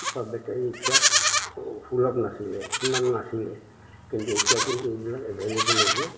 বা battery rickshaw সুলভ নাছিলে সিমান নাছিলে কিন্তু এতিয়া কিন্তু এইবিলাক এভেইলেবল হৈছে